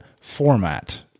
format